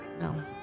No